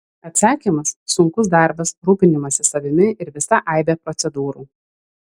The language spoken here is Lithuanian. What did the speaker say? atsakymas sunkus darbas rūpinimasis savimi ir visa aibė procedūrų